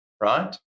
right